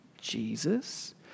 Jesus